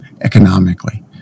economically